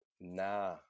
Nah